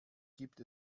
gibt